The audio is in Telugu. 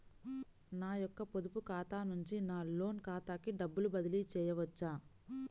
నా యొక్క పొదుపు ఖాతా నుండి నా లోన్ ఖాతాకి డబ్బులు బదిలీ చేయవచ్చా?